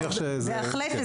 בהחלט.